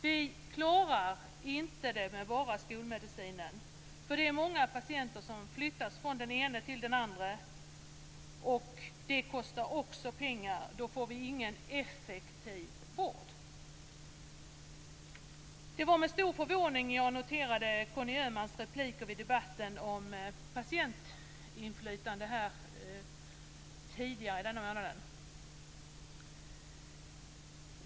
Det går inte att klara med enbart skolmedicinen. Det är många patienter som flyttar runt från den ene till den andre, och det kostar också pengar. Då blir det inte någon effektiv vård. Det var med stor förvåning jag noterade Conny Öhmans repliker i debatten om patientinflytande tidigare i denna månad.